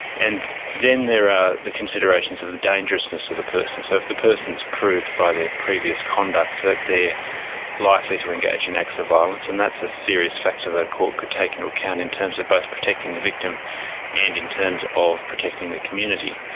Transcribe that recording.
and then there are the considerations of the dangerousness of the person. so if the person's proved by their previous conduct that they're likely to engage in acts of violence, and that's a serious factor the court could take into account in terms of both protecting the victim and in terms of protecting the community.